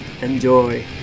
Enjoy